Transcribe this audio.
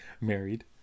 married